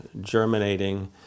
germinating